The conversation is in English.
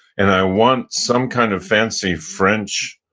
and i want some kind of fancy french